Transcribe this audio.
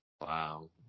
Wow